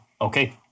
Okay